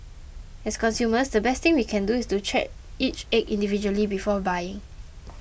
as consumers the best thing we can do is to check each egg individually before buying